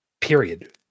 period